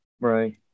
Right